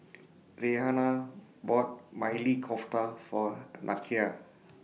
Reanna bought Maili Kofta For Nakia